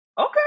Okay